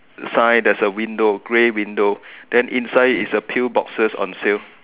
sign there's a window grey window then inside is a peal boxes on sale